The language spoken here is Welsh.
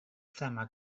thema